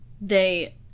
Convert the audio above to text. they-